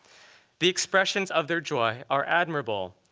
the expressions of their joy are admirable.